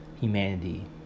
humanity